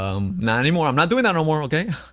um not anymore, i'm not doing that no more, okay?